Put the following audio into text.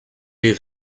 les